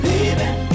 Leaving